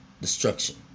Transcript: destruction